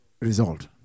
result